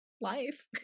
life